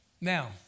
Now